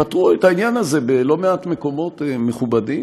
פתרו את העניין הזה בלא מעט מקומות מכובדים,